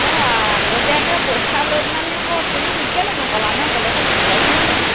অঁ আগতীয়াকৈ পইচা লৈ পেলানি আকৌ তুমি কেলৈ নক'লা মই বেলেগক বিচাৰিলোহেঁতেন নহয়